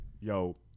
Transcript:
yo